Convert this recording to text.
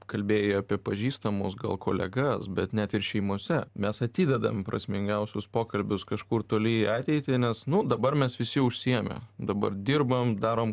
kalbėjai apie pažįstamus gal kolegas bet net ir šeimose mes atidedam prasmingiausius pokalbius kažkur toli į ateitį nes nu dabar mes visi užsiėmę dabar dirbam darom